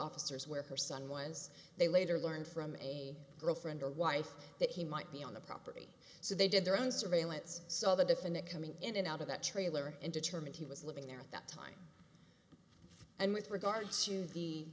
officers where her son was they later learned from a girlfriend or wife that he might be on the property so they did their own surveillance saw the defendant coming in and out of that trailer and determine he was living there at that time and with regard to the